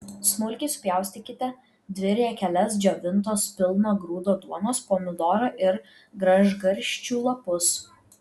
smulkiai supjaustykite dvi riekeles džiovintos pilno grūdo duonos pomidorą ir gražgarsčių lapus